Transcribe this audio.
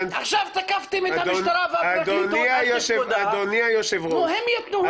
עכשיו תקפתם את המשטרה והפרקליטות -- -הם יתנו תשובות.